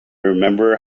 remember